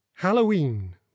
Halloween